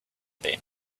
been